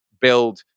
build